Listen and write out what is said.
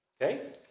Okay